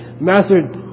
Master